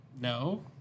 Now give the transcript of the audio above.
no